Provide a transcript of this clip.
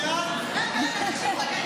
רגע, חצי דקה.